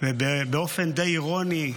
ובאופן די אירוני,